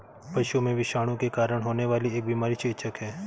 पशुओं में विषाणु के कारण होने वाली एक बीमारी चेचक है